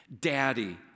daddy